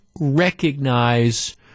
recognize